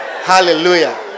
Hallelujah